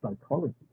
psychology